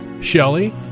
Shelley